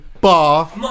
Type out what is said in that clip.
bar